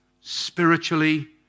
spiritually